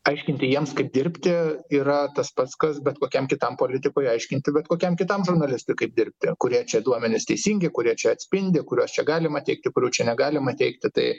aiškinti jiems kaip dirbti yra tas pats kas bet kokiam kitam politikui aiškinti bet kokiam kitam žurnalistui kaip dirbti kurie čia duomenys teisingi kurie čia atspindi kuriuos čia galima teikti kurių čia negalima teikti tai